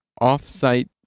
off-site